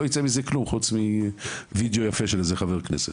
לא ייצא מזה כלום חוץ מווידיאו יפה של חבר כנסת.